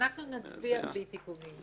ואנחנו נצביע בלי תיקונים.